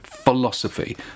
philosophy